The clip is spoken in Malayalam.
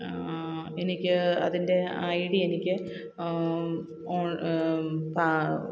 എനിക്ക് അതിന്റെ ഐ ഡിയെനിക്ക് ഓണ് പാ